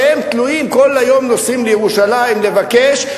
שהם תלויים וכל היום נוסעים לירושלים לבקש,